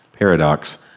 Paradox